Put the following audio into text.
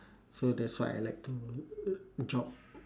so that's why I like to jog